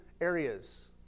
areas